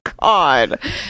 God